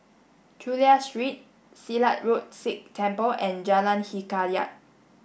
Chulia Street Silat Road Sikh Temple and Jalan Hikayat